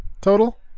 total